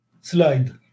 slide